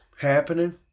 happening